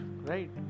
right